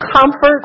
comfort